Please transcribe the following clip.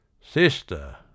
Sister